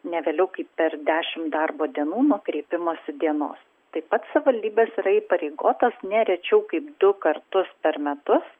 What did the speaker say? ne vėliau kaip per dešim darbo dienų nuo kreipimosi dienos taip pat savivaldybės yra įpareigotas ne rečiau kaip du kartus per metus